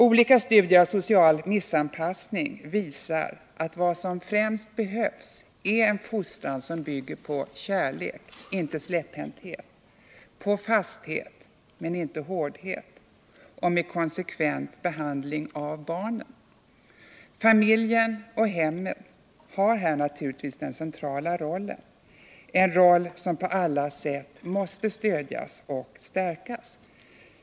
Olika studier av social missanpassning visar att vad som främst behövs är en fostran som bygger på kärlek, inte släpphänthet, på fasthet, inte hårdhet, och med konsekvent behandling av barnet. Familjen och hemmet har här naturligtvis den centrala rollen — en roll som på alla sätt måste stödjas och stärkas.